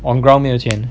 on ground 没有钱